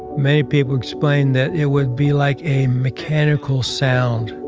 many people explained that it would be like a mechanical sound,